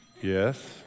Yes